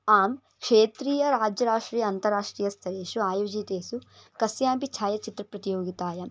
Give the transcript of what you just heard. आम् क्षेत्रीयराज्यराष्ट्रीय अन्ताराष्ट्रीयस्तरेषु अयोजितेषु कस्यापि छायाचित्रप्रतियोगितायां